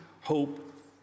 hope